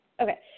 Okay